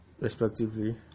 respectively